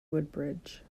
woodbridge